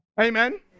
Amen